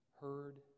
heard